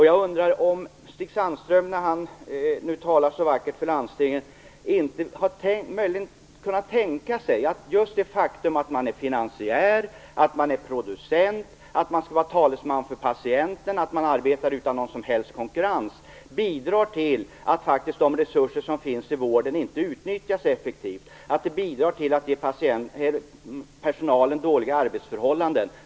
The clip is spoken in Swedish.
Jag undrar om Stig Sandström, när han nu talar så vackert för landstingen, möjligen har kunnat tänka sig att just det faktum att man är finansiär, att man är producent, att man skall vara talesman för patienterna, att man arbetar utan någon som helst konkurrens bidrar till att de resurser som faktiskt finns i vården inte utnyttjas effektivt, att det bidrar till att ge personalen dåliga arbetsförhållanden.